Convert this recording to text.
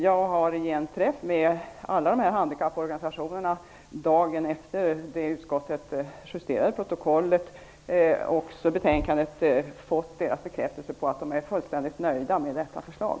Jag har i en träff med alla dessa handikapporganisationer dagen efter det att utskottet justerade protokollet och betänkandet fått deras bekräftelse på att de är fullständigt nöjda med detta förslag.